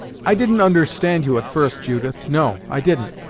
i didn't understand you, at first, judith no, i didn't!